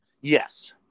Yes